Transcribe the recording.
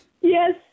Yes